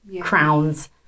crowns